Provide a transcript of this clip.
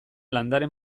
landare